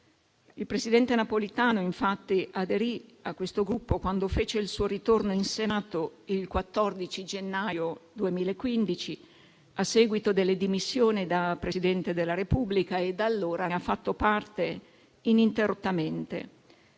Il presidente Napolitano, infatti, aderì a questo Gruppo quando fece il suo ritorno in Senato, il 14 gennaio 2015, a seguito delle dimissioni da Presidente della Repubblica, e da allora ne ha fatto parte ininterrottamente.